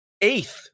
Eighth